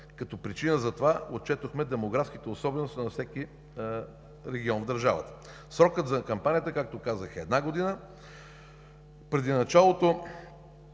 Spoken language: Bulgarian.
като причина за това отчетохме демографските особености на всеки регион в държавата. Срокът за кампанията, както казах, е една година. Преди началото